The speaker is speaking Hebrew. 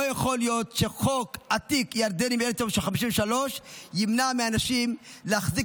לא יכול להיות שחוק עתיק ירדני מ-1953 ימנע מהאנשים להחזיק